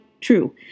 true